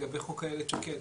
זה בחוק איילת שקד.